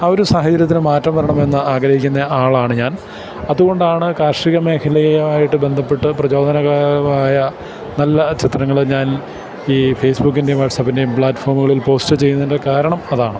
ആ ഒരു സാഹചര്യത്തിനു മാറ്റം വരണമെന്ന് ആഗ്രഹിക്കുന്ന ആളാണു ഞാൻ അതുകൊണ്ടാണു കാർഷിക മേഖലയുമായിട്ടു ബന്ധപ്പെട്ടു പ്രചോദനകരമായ നല്ല ചിത്രങ്ങള് ഞാൻ ഈ ഫേസ്ബുക്കിന്റെയും വാട്സാപ്പിൻ്റെയും പ്ലാറ്റ്ഫോമുകളിൽ പോസ്റ്റ് ചെയ്യുന്നതിന്റെ കാരണം അതാണ്